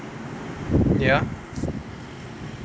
ya